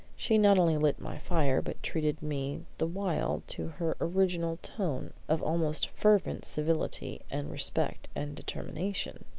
she not only lit my fire, but treated me the while to her original tone of almost fervent civility and respect and determination.